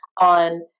on